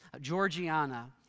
Georgiana